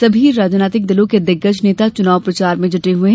सभी राजनैतिक दलो के दिग्गज नेता चुनाव प्रचार में जुटे है